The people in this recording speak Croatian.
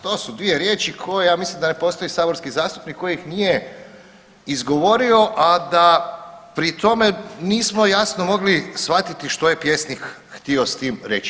To su dvije riječi koje ja mislim da ne postoji saborski zastupnik koji ih nije izgovorio, a da pri tome nismo jasno mogli shvatiti što je pjesnik htio s tim reći.